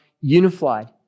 unified